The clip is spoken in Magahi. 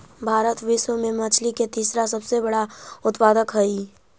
भारत विश्व में मछली के तीसरा सबसे बड़ा उत्पादक हई